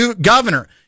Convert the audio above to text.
Governor